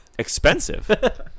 expensive